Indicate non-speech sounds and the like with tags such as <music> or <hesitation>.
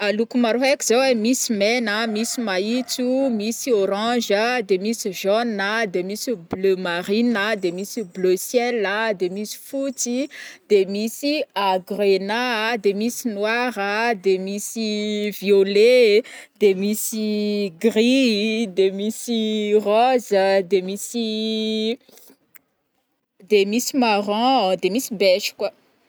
Loko maro aiko zao ai, misy mena, misy mahintso, misy orange, de misy jaune a, de misy bleu marine a, de misy bleu ciel a, de misy fotsy, de misy <hesitation> grenat, de misy noir a, de misy <hesitation> violet, de misy gris, de misy rose, de misy <hesitation> de misy marron, de misy beige koà.